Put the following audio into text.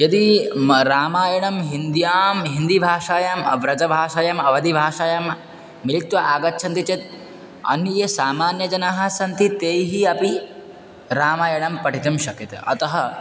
यदि म रामायणं हिन्द्यां हिन्दीभाषायां व्रजभाषायाम् अवधिभाषायां मिलित्वा आगच्छन्ति चेत् अन्ये सामान्यजनाः सन्ति तैः अपि रामायणं पठितुं शक्यते अतः